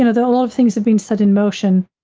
you know, there are a lot of things have been set in motion,